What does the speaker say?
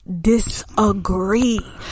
disagree